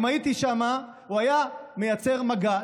אם הייתי שם, הוא היה מייצר מגע.